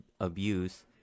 abuse